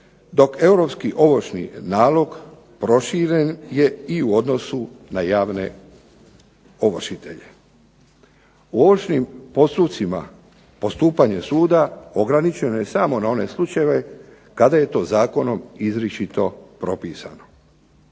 dok Europski ovršni nalog proširen je i u odnosu na javne ovršitelje. U ovršnim postupcima postupanje suda ograničeno je samo na one slučajeve kada je to zakonom izričito propisano.